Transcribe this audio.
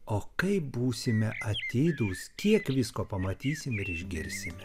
o kaip būsime atidūs kiek visko pamatysime ir išgirsime